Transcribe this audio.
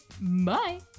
Bye